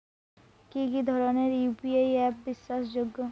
কি কি ধরনের ইউ.পি.আই অ্যাপ বিশ্বাসযোগ্য?